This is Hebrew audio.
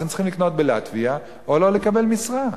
אז הם צריכים לקנות תואר בלטביה או לא לקבל משרה.